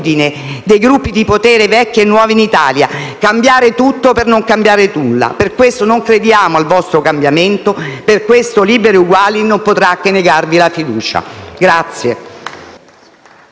gruppi di potere vecchi e nuovi in Italia: cambiare tutto per non cambiare nulla. Per questo non crediamo al vostro Governo del cambiamento, per questo Liberi e Uguali non potrà che negarvi la fiducia.